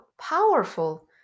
powerful